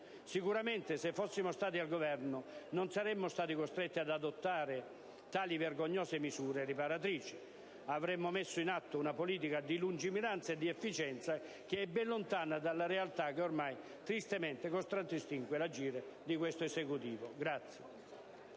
Sicuramente, se fossimo stati noi al governo, non saremmo stati costretti ad adottare tali vergognose misure riparatrici, ma avremmo messo in atto una politica di lungimiranza e di efficienza, che è ben lontana dalla realtà che ormai tristemente contraddistingue l'agire di questo Esecutivo.